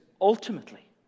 Ultimately